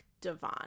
Devon